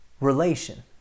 relation